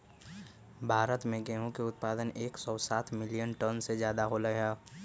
भारत में गेहूं के उत्पादन एकसौ सात मिलियन टन से ज्यादा होलय है